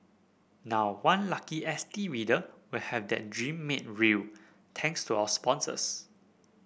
now one lucky S T reader will have that dream made real thanks to our sponsors